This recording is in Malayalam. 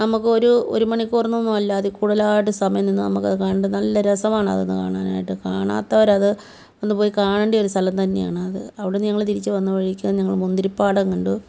നമുക്കൊരു ഒരു മണിക്കൂറൊന്നും അല്ല അതിൽ കൂടുതലായിട്ട് സമയം നിന്ന് നമുക്കത് കണ്ട് നല്ല രസമാണതൊന്ന് കാണാനായിട്ടത് കാണാത്തവരത് ഒന്ന് പോയി കാണണ്ടിയ സ്ഥലം തന്നെയാണത് അവിടുന്ന് ഞങ്ങൾ തിരിച്ച് വന്ന വഴിക്ക് ഞങ്ങൾ മുന്തിരിപ്പാടം കണ്ടു